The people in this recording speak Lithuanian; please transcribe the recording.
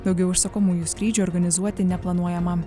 daugiau užsakomųjų skrydžių organizuoti neplanuojama